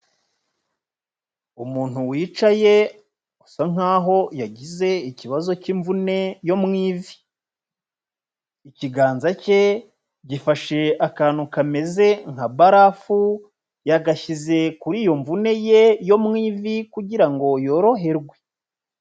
Umuntu wicaye usa nk'aho yagize ikibazo cy'imvune yo mu ivi, ikiganza cye gifashe akantu kameze nka barafu yagashyize kuri iyo mvune ye yo mu ivi kugira ngo yoroherwe.